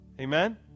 amen